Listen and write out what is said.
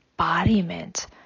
embodiment